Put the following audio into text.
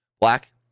Black